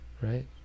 right